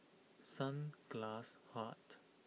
Sunglass Hut